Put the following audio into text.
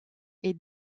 est